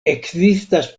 ekzistas